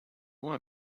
one